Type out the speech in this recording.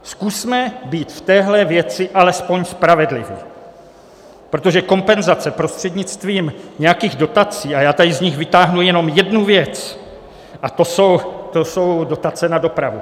Zkusme být v téhle věci alespoň spravedliví, protože kompenzace prostřednictvím nějakých dotací a já tady z nich vytáhnu jenom jednu věc a to jsou dotace na dopravu.